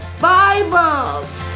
Bibles